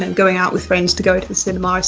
and going out with friends to go to the cinema, is